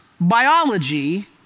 biology